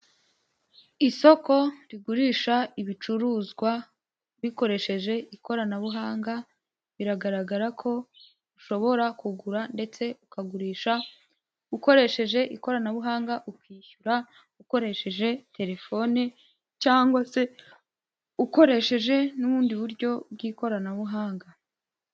Isoko rigurisha ibicuruzwa rikoresheje ikoranabuhanga, biragaragara ko ushobora kugura ndetse ukagurisha ukoresheje ikoranabuhanga, ukishyura ukoresheje terefoni cyangwa se ukoresheje n'ubundi buryo bw'ikoranabuhanga.